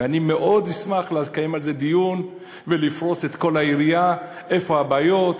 ואני מאוד אשמח לקיים על זה דיון ולפרוס את כל היריעה: איפה הבעיות,